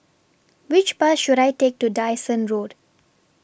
Which Bus should I Take to Dyson Road